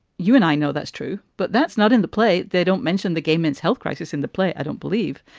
you and i know that's true, but that's not in the play. they don't mention the gay men's health crisis in the play. i don't believe.